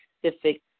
specific